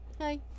hi